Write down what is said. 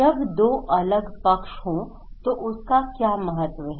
जब दो अलग पक्ष हों तो उसका क्या महत्व है